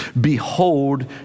behold